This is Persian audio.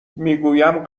میگویم